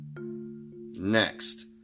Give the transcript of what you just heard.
Next